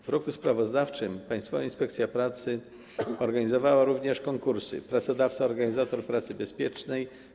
W roku sprawozdawczym Państwowa Inspekcja Pracy organizowała również konkursy: „Pracodawca - organizator pracy bezpiecznej”